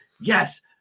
Yes